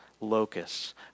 locusts